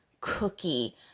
cookie